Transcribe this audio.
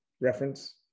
reference